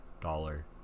dollar